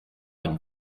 une